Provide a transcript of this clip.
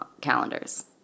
calendars